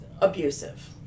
abusive